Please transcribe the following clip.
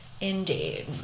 indeed